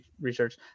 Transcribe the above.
research